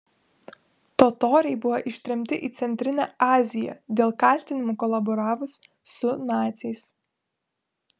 totoriai buvo ištremti į centrinę aziją dėl kaltinimų kolaboravus su naciais